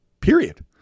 Period